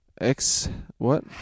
X-what